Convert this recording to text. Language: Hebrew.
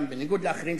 בניגוד לאחרים,